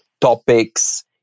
topics